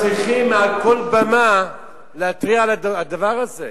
מעל כל במה אנחנו צריכים להתריע על הדבר הזה.